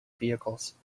vehicles